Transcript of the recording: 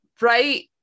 right